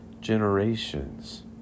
generations